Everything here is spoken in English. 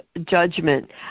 judgment